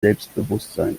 selbstbewusstsein